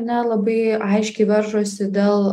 na labai aiškiai varžosi dėl